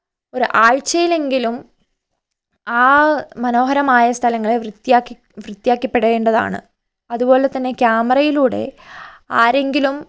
ഒര് ആഴ്ചയിലെങ്കിലും ആ മനോഹരമായ സ്ഥലങ്ങളെ വൃത്തിയാക്കപ്പെടേണ്ടതാണ് അതുപോലതന്നെ ക്യാമറയിലൂടെ ആരെങ്കിലും